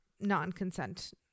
non-consent